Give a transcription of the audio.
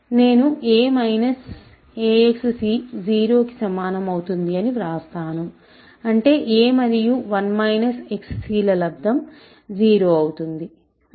నేను a minus axc 0 కి సమానం అవుతుంది అని వ్రాస్తాను అంటే a మరియు 1 మైనస్ xc ల లబ్దం 0 అవుతుంది